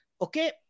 Okay